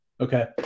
Okay